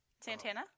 Santana